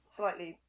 slightly